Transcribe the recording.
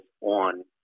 on